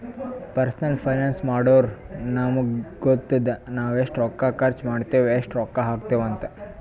personal finance ಮಾಡುರ್ ನಮುಗ್ ಗೊತ್ತಾತುದ್ ನಾವ್ ಎಸ್ಟ್ ರೊಕ್ಕಾ ಖರ್ಚ್ ಮಾಡ್ತಿವಿ, ಎಸ್ಟ್ ರೊಕ್ಕಾ ಹಾಕ್ತಿವ್ ಅಂತ್